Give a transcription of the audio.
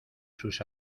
sus